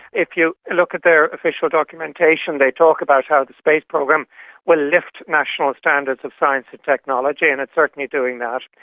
if you look at their official documentation they talk about how the space program will lift national standards of science and technology, and it's certainly doing that.